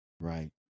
Right